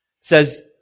says